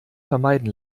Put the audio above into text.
vermeiden